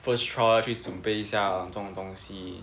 first trial 去准备一下这种东西